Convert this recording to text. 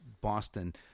Boston